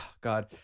God